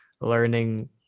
learning